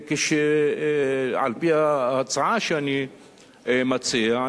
על-פי ההצעה שאני מציע,